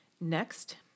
Next